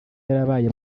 yarabaye